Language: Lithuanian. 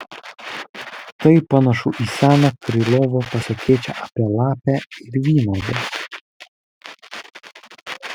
tai panašu į seną krylovo pasakėčią apie lapę ir vynuoges